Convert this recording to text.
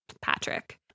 Patrick